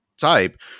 type